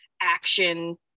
action